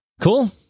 cool